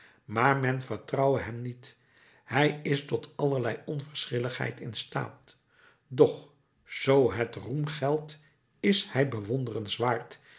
maar men vertrouwe hem niet hij is tot allerlei onverschilligheid in staat doch zoo het roem geldt is hij bewonderenswaard